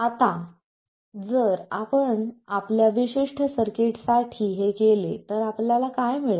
आता जर आपण आपल्या विशिष्ट सर्किटसाठी हे केले तर आपल्याला काय मिळेल